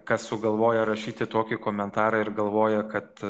kas sugalvoja rašyti tokį komentarą ir galvoja kad